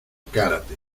kárate